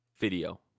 video